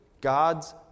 God's